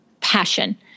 passion